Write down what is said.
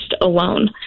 alone